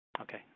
Okay